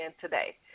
today